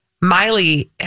Miley